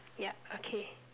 yup okay